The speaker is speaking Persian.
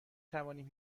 توانیم